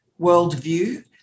worldview